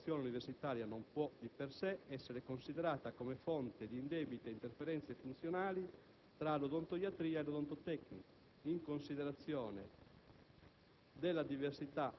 in ogni caso la formazione universitaria non può, di per sé, essere considerata come fonte di indebite interferenze funzionali fra l'odontoiatra e l'odontotecnico, in considerazione